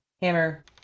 Hammer